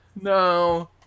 no